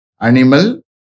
animal